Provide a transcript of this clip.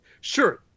Sure